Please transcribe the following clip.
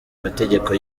mategeko